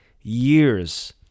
years